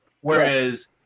Whereas